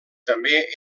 també